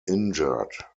injured